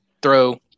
Throw